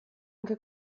anche